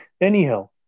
Anyhow